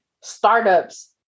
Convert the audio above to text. Startups